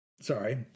Sorry